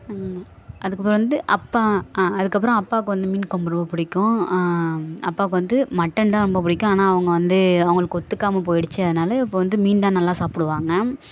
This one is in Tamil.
அதுக்கப்புறம் வந்து அப்பா அதுக்கப்புறம் அப்பாவுக்கு வந்து மீன் கொழம்பு ரொம்ப பிடிக்கும் அப்பாவுக்கு வந்து மட்டன் தான் ரொம்ப பிடிக்கும் ஆனால் அவங்க வந்து அவங்களுக்கு ஒத்துக்காமல் போயிடுச்சு அதனால் இப்போ வந்து மீன் தான் நல்லா சாப்பிடுவாங்க